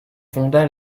fonda